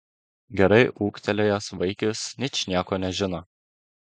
gerai ūgtelėjęs vaikis ničnieko nežino